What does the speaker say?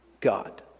God